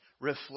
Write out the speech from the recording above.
reflect